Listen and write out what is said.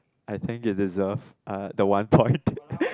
I think you deserve uh the one point